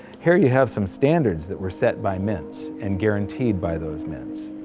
here you have some standards that were set by mints and guaranteed by those mints.